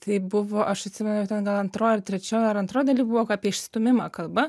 tai buvo aš atsimenu ten gal antroj ar trečioj ar antroj daly buvo apie išstūmimą kalba